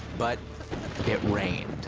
but it rained.